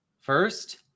first